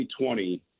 2020